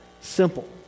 simple